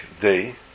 day